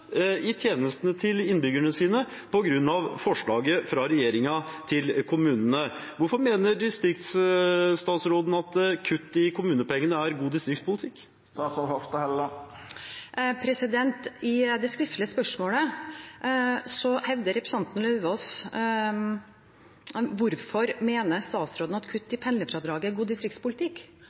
i tjenestene til innbyggerne sine på grunn av forslaget fra regjeringen. Hvorfor mener distriktsstatsråden at kutt i kommunepengene er god distriktspolitikk? I det skriftlige spørsmålet spør representanten Lauvås: «Hvorfor mener statsråden at kutt i pendlerfradrag er god distriktspolitikk?»